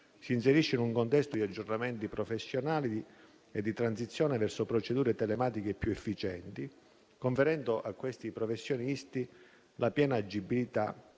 Si inserisce in un contesto di aggiornamenti professionali e di transizione verso procedure telematiche più efficienti, conferendo a questi professionisti la piena agibilità